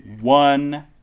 one